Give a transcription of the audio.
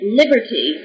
liberty